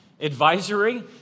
advisory